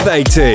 18